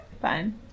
Fine